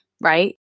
right